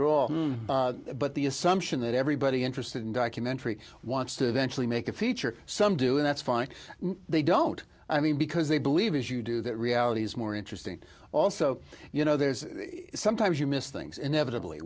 all but the assumption that everybody interested in documentary wants to eventually make a feature some do and that's fine they don't i mean because they believe as you do that reality is more interesting also you know there's sometimes you miss things